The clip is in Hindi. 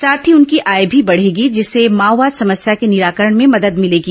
साथ ही उनकी आय भी बढ़ेगी जिससे माओवाद समस्या के निराकरण में मदद मिलेगी